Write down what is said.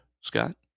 Scott